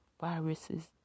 viruses